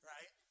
Right